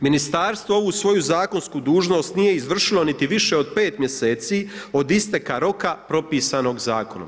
Ministarstvo ovu svoju zakonsku dužnost nije izvršilo niti više od pet mjeseci od isteka roka propisanog zakonom.